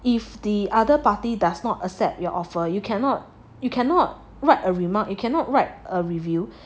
if the other party does not accept your offer you cannot you cannot write a remark you cannot write a review